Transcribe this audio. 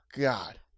God